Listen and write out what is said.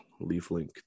LeafLink